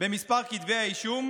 במספר כתבי האישום,